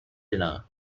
dinner